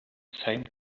same